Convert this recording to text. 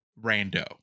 Rando